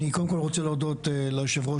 אני קודם כל רוצה להודות ליושב הראש